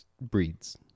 breeds